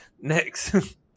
Next